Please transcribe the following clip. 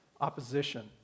opposition